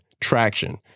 Traction